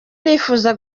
nifuza